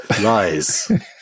Lies